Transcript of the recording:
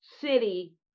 City